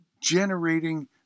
generating